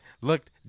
looked